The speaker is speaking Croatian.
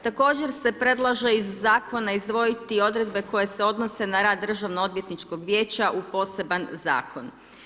Također se predlaže iz zakona izdvojiti odredbe koje se odnose na rad Državnoodvjetničkog vijeća u poseban zakon.